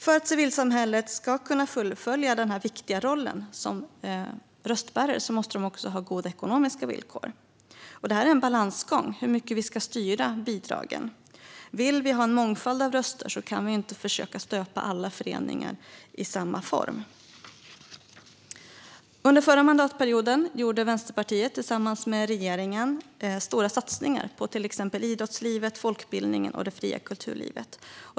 För att civilsamhället ska kunna fullfölja den viktiga rollen som röstbärare måste det ha goda ekonomiska villkor. Det här är en balansgång: Hur mycket ska vi styra bidragen? Vill vi ha en mångfald av röster kan vi ju inte försöka stöpa alla föreningar i samma form. Under förra mandatperioden gjorde Vänsterpartiet tillsammans med regeringen stora satsningar på till exempel idrottslivet, folkbildningen och det fria kulturlivet.